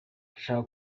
ndashaka